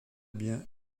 bien